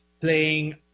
playing